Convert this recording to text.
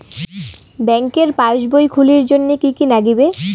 ব্যাঙ্কের পাসবই খুলির জন্যে কি কি নাগিবে?